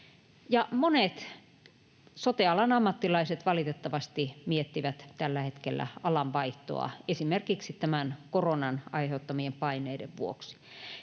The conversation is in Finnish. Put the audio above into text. monet sote-alan ammattilaiset valitettavasti miettivät tällä hetkellä alanvaihtoa esimerkiksi tämän koronan aiheuttamien paineiden vuoksi.